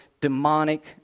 demonic